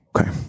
okay